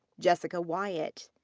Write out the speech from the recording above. jessica wyatt.